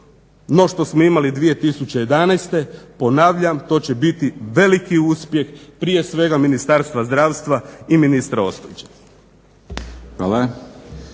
no što smo imali 2011.ponavljam to će biti veliki uspjeh prije svega Ministarstva zdravstva i ministra Ostojića.